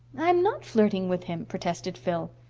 i'm not flirting with him, protested phil.